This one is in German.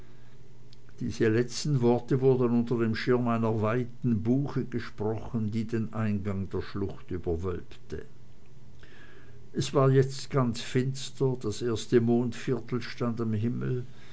diese letzten worte wurden unter dem schirme einer weiten buche gesprochen die den eingang der schlucht überwölbte es war jetzt ganz finster das erste mondviertel stand am himmel